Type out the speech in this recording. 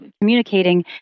communicating